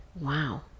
Wow